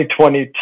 2022